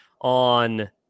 on